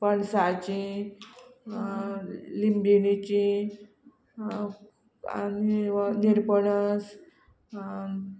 पणसाचीं लिंबिणीचीं आनी वो निरपणस